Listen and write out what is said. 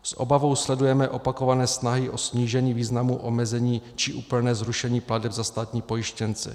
S obavou sledujeme opakované snahy o snížení významu, omezení či úplné zrušení plateb za státní pojištěnce.